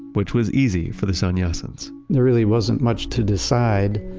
which was easy for the sannyasins there really wasn't much to decide.